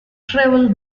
travel